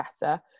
better